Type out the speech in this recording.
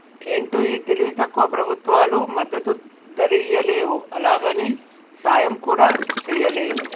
ఏంటో ఈ తెలివి తక్కువ ప్రభుత్వాలు మద్దతు ధరియ్యలేవు, అలాగని సాయం కూడా చెయ్యలేరు